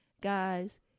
Guys